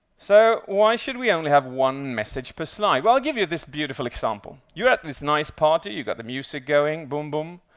so, why should we only have one message per slide? well, i'll give you this beautiful example. you're at this nice party, you've got the music going boom-boom,